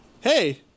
Hey